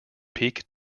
peak